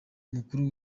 umukuru